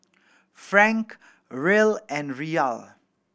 Franc Riel and Riyal